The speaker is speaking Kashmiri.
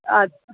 اَد سا